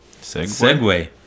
segue